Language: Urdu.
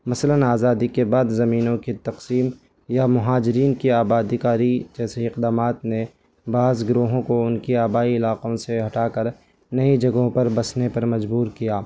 مثلاً آزادی کے بعد زمینوں کی تقسیم یا محاجرین کی آباد کاری جیسے اقدامات نے بعض گروہوں کو ان کی آبائی علاقوں سے ہٹا کر نئی جگہوں پر بسنے پر مجبور کیا